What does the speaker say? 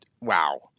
wow